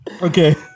Okay